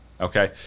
okay